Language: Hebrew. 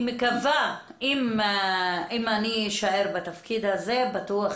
אני מקווה שאם אני אשאר בתפקיד הזה בטוח